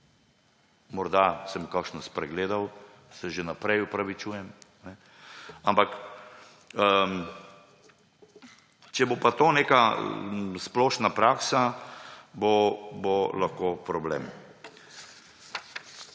Morda sem kakšno spregledal, se že vnaprej opravičujem. Ampak če bo pa to neka splošna praksa, bo lahko problem.